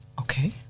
Okay